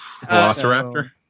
Velociraptor